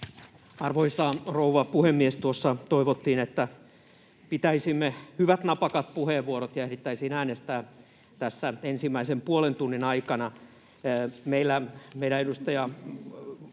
Arvoisa rouva puhemies! Tuossa toivottiin, että pitäisimme hyvät, napakat puheenvuorot ja ehdittäisiin äänestää tässä ensimmäisen puolen tunnin aikana. [Pasi Kivisaari: